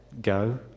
go